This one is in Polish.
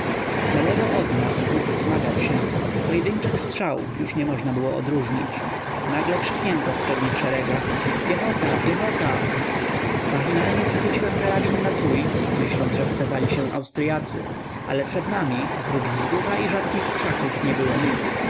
manierki nalewo od nas huk wzmagał się pojedyńczych strzałów już nie można było odróżnić nagle krzyknięto w przednich szeregach piechota piechota machinalnie schwyciłem karabin na tuj myśląc że pokazali się austryacy ale przed nami oprócz wzgórza i rzadkich krzaków nie było nic